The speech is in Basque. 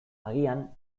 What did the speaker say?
agian